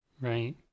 right